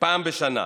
פעם בשנה.